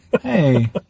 Hey